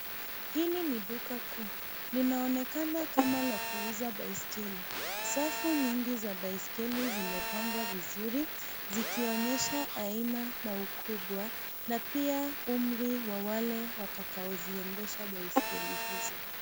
Hili ni duka kuu. Linaonekana kama la kuuza baiskeli. Safu nyingi za baiskeli zimepangwa vizuri, zikionyesha aina na ukubwa na pia umri wa wale watakaoziendesha baiskeli hizo.